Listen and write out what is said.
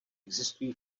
existují